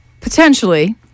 Potentially